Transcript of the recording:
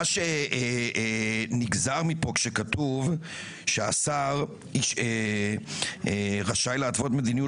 מה שנגזר ממה שכתוב פה שהשר רשאי להתוות מדיניות